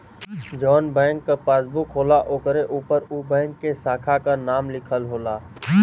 जौन बैंक क पासबुक होला ओकरे उपर उ बैंक के साखा क नाम लिखल होला